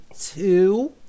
two